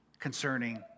concerning